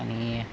आणि